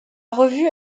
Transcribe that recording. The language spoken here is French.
revue